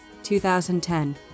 2010